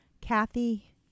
Kathy